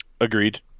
Agreed